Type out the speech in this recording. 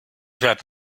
werde